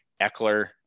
Eckler